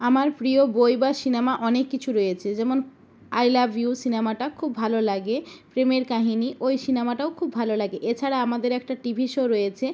আমার প্রিয় বই বা সিনেমা অনেক কিছু রয়েছে যেমন আই লাভ ইউ সিনেমাটা খুব ভালো লাগে প্রেমের কাহিনি ওই সিনেমাটাও খুব ভালো লাগে এছাড়া আমাদের একটা টিভি শো রয়েছে